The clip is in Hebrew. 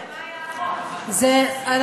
אדוני היושב-ראש, אבל מה היה החוק?